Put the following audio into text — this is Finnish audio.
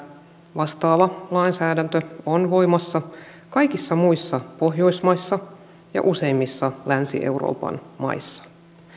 vastaava lainsäädäntö on voimassa kaikissa muissa pohjoismaissa ja useimmissa länsi euroopan maissa